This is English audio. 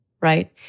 right